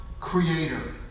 Creator